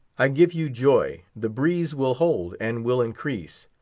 i give you joy the breeze will hold, and will increase.